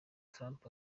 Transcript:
trump